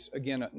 again